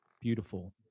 beautiful